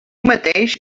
mateix